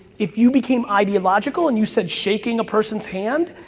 if you became ideological and you said shaking a person's hand,